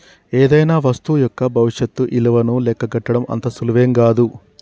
ఏదైనా వస్తువు యొక్క భవిష్యత్తు ఇలువను లెక్కగట్టడం అంత సులువేం గాదు